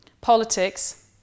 politics